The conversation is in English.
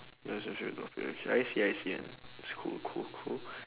ya it's actually not bad I see I see ah it's cool cool cool